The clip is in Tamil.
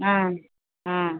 ஆ ஆ